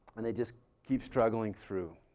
and they just keep struggling through.